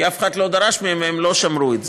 כי אף אחד לא דרש מהם והם לא שמרו את זה.